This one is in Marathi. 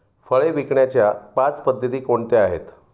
फळे विकण्याच्या पाच पद्धती कोणत्या आहेत?